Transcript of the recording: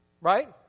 right